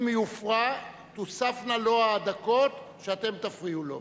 אם יופרע, תוספנה לו הדקות שאתם תפריעו לו.